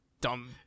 dumb